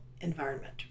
environment